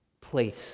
place